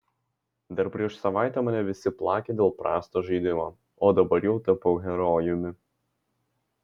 dar prieš savaitę mane visi plakė dėl prasto žaidimo o dabar jau tapau herojumi